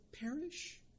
perish